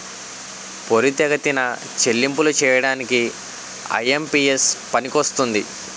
పోరితెగతిన చెల్లింపులు చేయడానికి ఐ.ఎం.పి.ఎస్ పనికొస్తుంది